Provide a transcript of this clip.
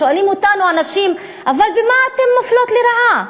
שואלים אותנו, הנשים, אבל במה אתן מופלות לרעה?